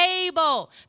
able